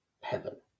heaven